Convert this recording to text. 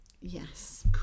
Yes